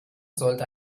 sollte